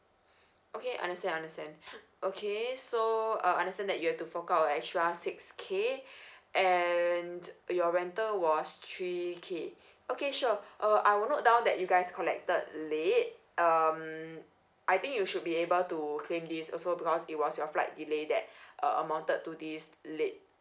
okay I understand I understand okay so uh I understand that you have to fork out a extra six K and your rental was three K okay sure uh I will note down that you guys collected late um I think you should be able to claim this also because it was your flight delay that uh amounted to this late